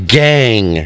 gang